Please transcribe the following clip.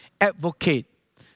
advocate